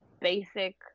basic